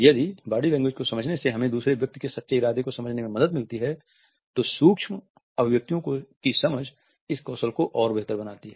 यदि body language को समझने से हमें दूसरे व्यक्ति के सच्चे इरादे को समझने में मदद मिलती है तो सूक्ष्म अभिव्यक्तियों की समझ इस कौशलों को और बेहतर बनाती है